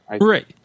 Right